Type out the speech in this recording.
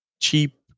cheap